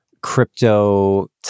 crypto